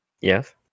Yes